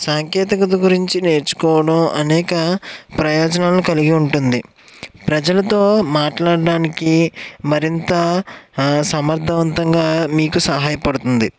సాంకేతికత గురించి నేర్చుకోవడం అనేక ప్రయోజనాలను కలిగి ఉంటుంది ప్రజలతో మాట్లాడడానికి మరింత సమర్థవంతంగా మీకు సహాయపడుతుంది